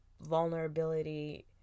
vulnerability